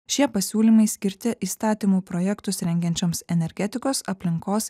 šie pasiūlymai skirti įstatymų projektus rengiančioms energetikos aplinkos